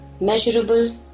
measurable